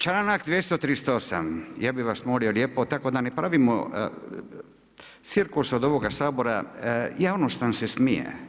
Članak 238. ja bi vas molimo lijepo, tako da ne pravimo cirkus od ovoga Sabora, javnost nam se smije.